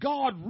God